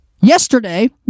Yesterday